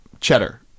cheddar